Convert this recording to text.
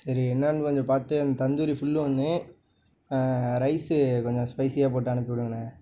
சரி என்னான்னு கொஞ்சம் பார்த்து எனக்கு தந்தூரி ஃபுல்லு ஒன்று ரைஸு கொஞ்சம் ஸ்பைசியாக போட்டு அனுப்பி விடுங்கண்ணே